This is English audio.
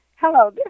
Hello